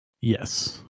Yes